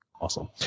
awesome